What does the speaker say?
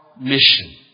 mission